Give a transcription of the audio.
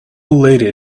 lady